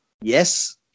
Yes